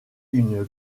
une